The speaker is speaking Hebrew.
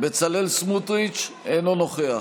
בצלאל סמוטריץ' אינו נוכח